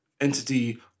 entity